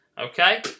Okay